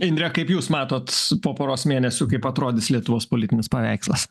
indre kaip jūs matot po poros mėnesių kaip atrodys lietuvos politinis paveikslas